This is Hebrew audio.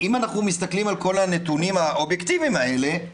אם אנחנו מסתכלים על כל הנתונים האובייקטיביים האלה,